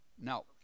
no